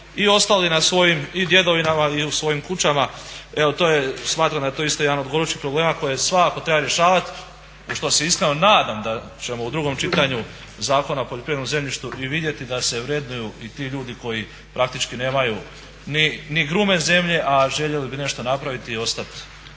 i ostali na svojim i djedovinama i u svojim kućama. Evo, smatram da je to isto jedan od gorućih problema koje svakako treba rješavati, u što se iskreno nadam da ćemo u drugom čitanju Zakona o poljoprivrednom zemljištu i vidjeti da se vrednuju i ti ljudi koji praktički nemaju ni grumen zemlje, a željeli bi nešto napraviti i ostati.